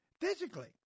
physically